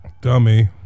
Dummy